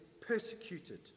persecuted